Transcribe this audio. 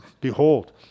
behold